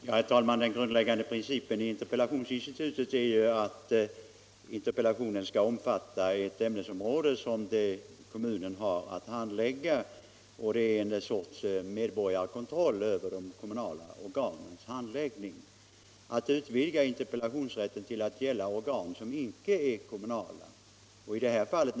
Herr talman! Den grundläggande principen med interpellationsinstitutet är ju att interpellationen skall omfatta ett ämnesområde som kommunen har att handlägga. Det är en sorts medborgarkontroll över de kommunala organens verksamhet. Att utvidga interpellationsrätten till att gälla organ som icke är kommunala kan vara betänkligt.